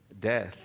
death